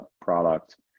product